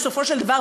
בסופו של דבר,